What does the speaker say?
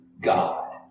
God